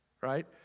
right